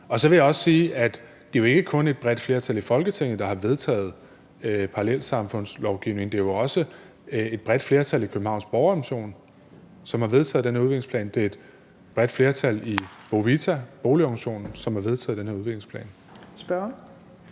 Så vil jeg også sige, at det jo ikke kun er et bredt flertal i Folketinget, der har vedtaget parallelsamfundslovgivningen; det er jo også et bredt flertal i Københavns Borgerrepræsentation, som har vedtaget den udviklingsplan. Det er et bredt flertal i Bo-Vita, boligorganisationen, som har vedtaget den her udviklingsplan.